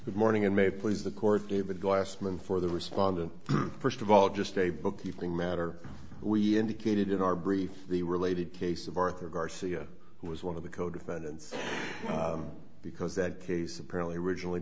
the morning and may please the court david glassman for the respondent first of all just a bookkeeping matter we indicated in our brief the related case of arthur garcia who was one of the co defendants because that case apparently were originally